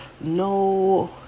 no